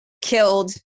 killed